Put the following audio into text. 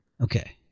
Okay